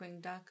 duck